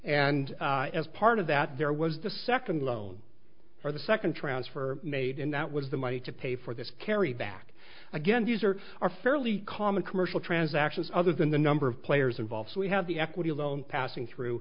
and as part of that there was the second loan or the second transfer made and that was the money to pay for this carry back again these are are fairly common commercial transactions other than the number of players involved so we have the equity loan passing through